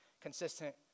consistent